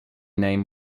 name